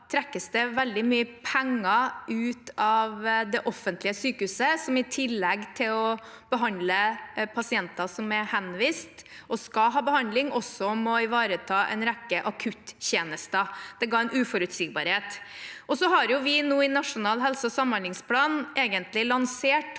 trekkes veldig mye penger ut av det offentlige sykehuset, som i tillegg til å behandle pasienter som er henvist og skal ha behandling, må ivareta en rekke akuttjenester. Det ga uforutsigbarhet. I Nasjonal helse- og samhandlingsplan har